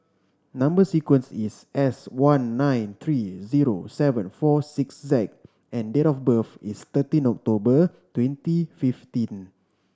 number sequence is S one nine three zero seven four six Z and date of birth is thirteen October twenty fifteen